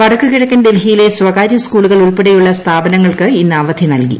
വടക്ക് കിഴക്കൻ ഡൽഹിയിലെ സ്വകാര്യ സ്കൂളുകൾ ഉൾപ്പെടെയുള്ള സ്ഥാപനങ്ങൾക്ക് ഇന്ന് അവധി നൽകി